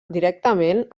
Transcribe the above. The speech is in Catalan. directament